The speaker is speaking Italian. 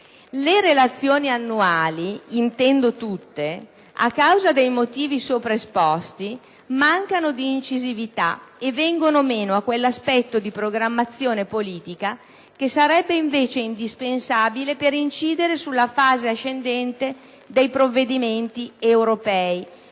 Le relazioni annuali (intendo tutte), a causa dei motivi sopraesposti, mancano di incisività e vengono meno a quell'aspetto di programmazione politica che sarebbe invece indispensabile per incidere sulla fase ascendente dei provvedimenti «europei»,